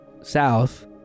south